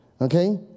okay